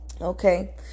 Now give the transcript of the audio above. okay